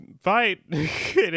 fight